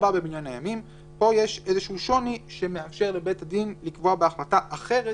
פה יש איזשהו שוני שמאפשר לבית הדין לקבוע בהחלטה אחרת,